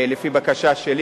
לפי בקשה שלי,